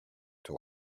two